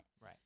Right